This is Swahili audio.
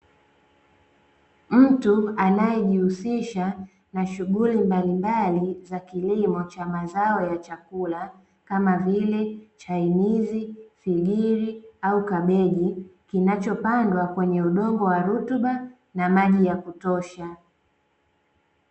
Mtu anaejihusisha na shughulisha mbalimbali za kilimo cha mazao ya chakula, kama vile chainizi, figiri au kabeji, kinachopandwa kwenye udongo wa rutuba na maji ya kutosha .